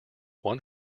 one